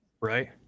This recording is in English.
Right